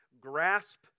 grasp